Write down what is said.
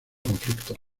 conflicto